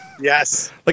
Yes